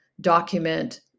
document